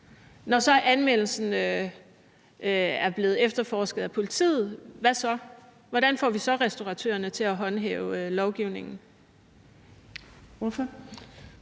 Når så anmeldelsen er blevet efterforsket af politiet, hvad så? Hvordan får vi så restauratørerne til at håndhæve lovgivningen? Kl.